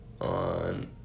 on